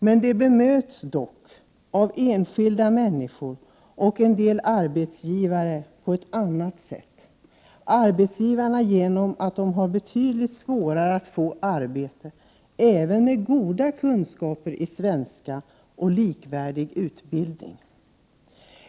Men enskilda människor och en del arbetsgivare bemöter dem på ett annat sätt. När det gäller arbetsgivarna kan man konstatera att invandrare har betydligt svårare att få arbete, även om de har goda kunskaper i svenska eller likvärdig utbildning.